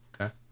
Okay